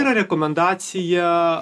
yra rekomendacija